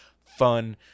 fun